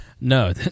No